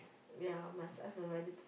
ya must ask her another